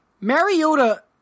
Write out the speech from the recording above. Mariota